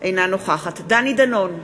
אינה נוכחת דני דנון,